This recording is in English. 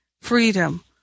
freedom